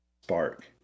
spark